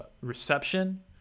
reception